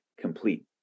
complete